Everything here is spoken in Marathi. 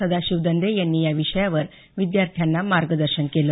सदाशिव दंदे यांनी या विषयावर विद्यार्थ्यांना मार्गदर्शन केलं